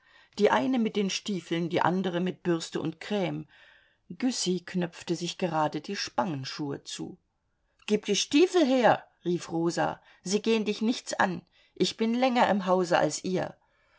die eine mit den stiefeln die andere mit bürste und crme güssy knöpfte sich gerade die spangenschuhe zu gib die stiefel her rief rosa sie gehen dich nichts an ich bin länger im hause als ihr